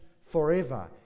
forever